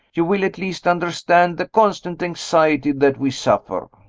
you will at least understand the constant anxiety that we suffer.